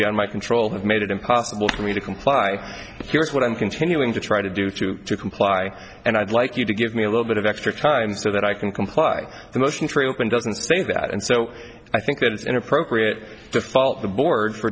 beyond my control have made it impossible for me to comply here's what i'm continuing to try to do to comply and i'd like you to give me a little bit of extra time so that i can comply the motion and doesn't say that and so i think that it's inappropriate to fault the board for